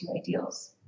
ideals